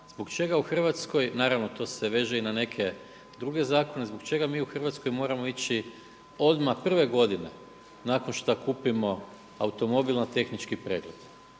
zbog čega u Hrvatskoj, naravno to se veže i na neke druge zakone, zbog čega mi u Hrvatskoj moramo ići odmah prve godine nakon šta kupimo automobil na tehnički pregled.